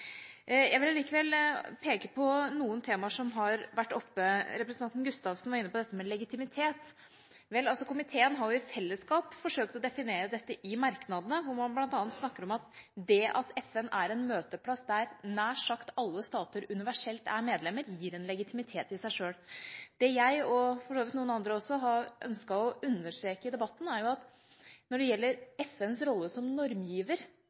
Jeg vil likevel peke på noen temaer som har vært oppe. Representanten Gustavsen var inne på dette med legitimitet. Komiteen har i fellesskap forsøkt å definere dette i merknadene, hvor man bl.a. snakker om at det at FN er en møteplass der nær sagt alle stater «universelt er medlemmer», gir en legitimitet i seg selv. Det jeg – og for så vidt noen andre også – har ønsket å understreke i debatten, er at når det gjelder FNs rolle som normgiver